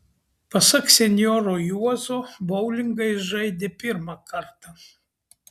pasak senjoro juozo boulingą jis žaidė pirmą kartą